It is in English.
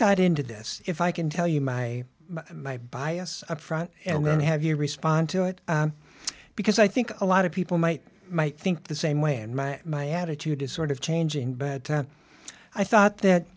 got into this if i can tell you my bias upfront and then have you respond to it because i think a lot of people might might think the same way and my attitude is sort of changing bad ten i thought that